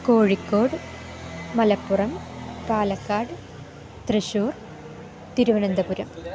Kozhikode Malappuram Palakkad Thrissur Thiruvananthapuram